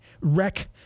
wreck